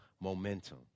momentum